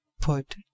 Put